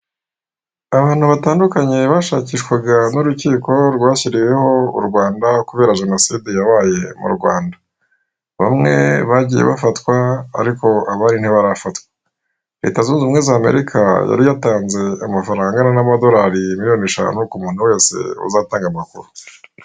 Abantu batandukanye bashakishwaga n'urukiko rwashyiriweho u Rwanda kubera Genoside yabaye mu Rwanda bamwe bagiye bafatwa ariko abandi ntibafatwa leta zunze ubumwe za Amerika yari yatanze amafaranga angana n'amadolari miliyoni eshanu ku muntu wese uzatanga amakuru.